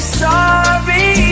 sorry